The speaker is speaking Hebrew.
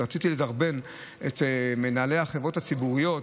כי רציתי לדרבן את מנהלי החברות הציבוריות,